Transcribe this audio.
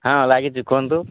ହଁ ଲାଗିଛି କୁହନ୍ତୁ